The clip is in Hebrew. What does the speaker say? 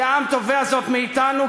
כי העם תובע זאת מאתנו,